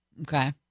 Okay